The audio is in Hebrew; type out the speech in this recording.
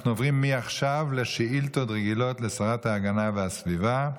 אנחנו עוברים עכשיו לשאילתות רגילות לשרה להגנת הסביבה.